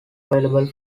available